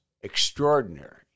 Extraordinary